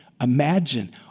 Imagine